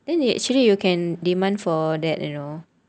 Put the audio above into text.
then you actually you can demand for that you know